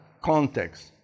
context